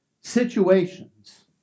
situations